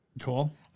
Cool